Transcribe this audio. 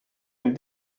une